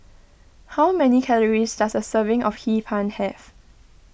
how many calories does a serving of Hee Pan have